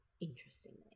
Interestingly